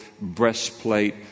breastplate